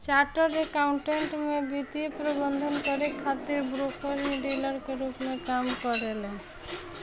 chartered accountant में वित्तीय प्रबंधन करे खातिर ब्रोकर ही डीलर के रूप में काम करेलन